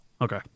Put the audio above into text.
Okay